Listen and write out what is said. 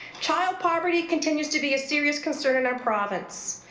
child poverty continues to be a serious concern in our province.